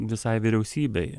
visai vyriausybei